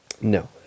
No